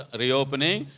reopening